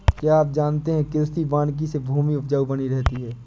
क्या आप जानते है कृषि वानिकी से भूमि उपजाऊ बनी रहती है?